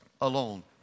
alone